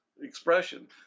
expression